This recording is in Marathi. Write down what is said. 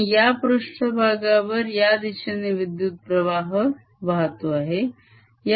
आणि या पृष्ठभागावर या दिशेने विद्युत्प्रवाह वाहतो आहे